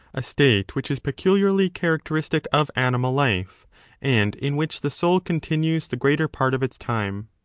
a state which is peculiarly characteristic of animal life and in which the soul continues the greater part of its time.